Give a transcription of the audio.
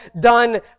done